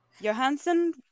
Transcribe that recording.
Johansson